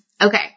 Okay